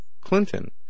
clinton